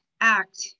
act